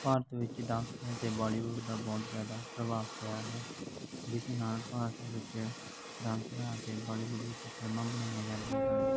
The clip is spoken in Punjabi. ਭਾਰਤ ਵਿੱਚ ਡਾਂਸਰਾਂ 'ਤੇ ਬੋਲੀਵੁੱਡ ਦਾ ਬਹੁਤ ਜ਼ਿਆਦਾ ਪ੍ਰਭਾਵ ਪਿਆ ਹੈ ਜਿਸ ਨਾਲ ਭਾਰਤ ਵਿੱਚ ਡਾਂਸਰਾਂ ਅਤੇ ਬਾਲੀਵੁੱਡ ਵਿੱਚ ਫਿਲਮਾਂ ਬਣਾਈਆਂ ਜਾਂਦੀਆਂ ਹਨ